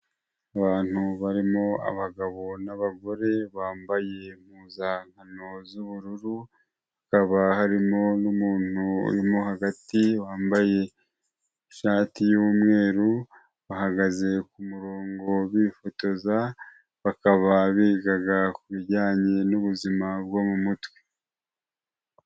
Abantu barimo abagabo n'abagore bambaye impuzankano z'ubururu, hakaba harimo n'umuntu uri mo hagati wambaye ishati y'umweru, bahagaze ku murongo bifotoza, bakaba bigaga ku bijyanye n'ubuzima bwo mu mutwe.